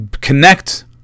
connect